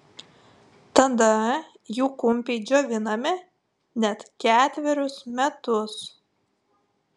tada jų kumpiai džiovinami net ketverius metus